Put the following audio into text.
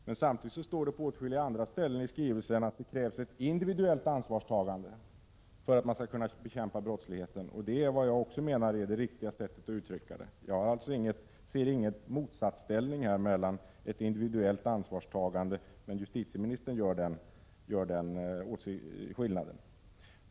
Men samtidigt står det på åtskilliga andra ställen i skrivelsen att det krävs ett individuellt ansvarstagande för att man skall kunna bekämpa brottsligheten, och det är vad jag också tycker är det riktiga sättet att uttrycka saken. Jag ser alltså inget motsatsförhållande härvidlag när det gäller ett individuellt ansvarstagande, men justitieministern gör en åtskillnad.